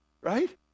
right